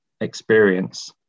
experience